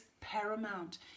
paramount